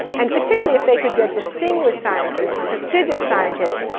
and particularly if they could get distinguished scientists, prestigious scientists,